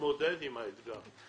להתמודד עם האתגר,